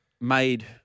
made